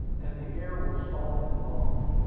and the air was soft and balmy.